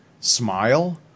Smile